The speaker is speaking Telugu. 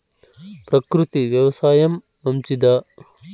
ప్రకృతి వ్యవసాయం మంచిదా?